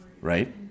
Right